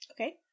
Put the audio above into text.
Okay